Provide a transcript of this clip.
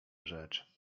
rzecz